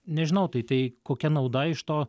nežinau tai tai kokia nauda iš to